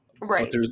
Right